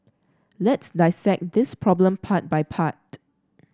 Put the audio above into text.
let's dissect this problem part by part